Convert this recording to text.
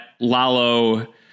Lalo